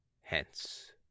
hence